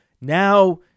Now